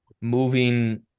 moving